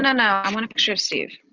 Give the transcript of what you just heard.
no, no, i want a picture of steve.